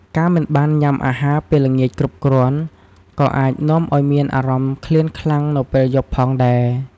ការមិនបានញ៉ាំអាហារពេលល្ងាចគ្រប់គ្រាន់ ក៏អាចនាំឱ្យមានអារម្មណ៍ឃ្លានខ្លាំងនៅពេលយប់ផងដែរ។